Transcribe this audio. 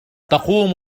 تقوم